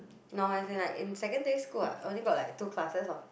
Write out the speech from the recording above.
no as in like in secondary school what only got two classes of